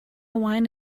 wine